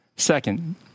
second